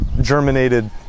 germinated